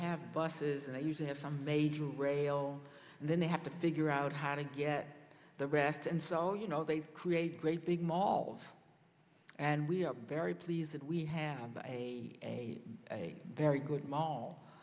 have buses and i used to have some major rail and then they have to figure out how to get the rest and so you know they create great big mall and we are very pleased that we have a very good mall